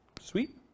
Sweet